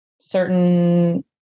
certain